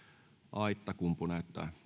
aittakumpu näyttää